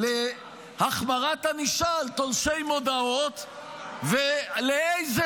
להחמרת ענישה על תולשי מודעות ולאיזה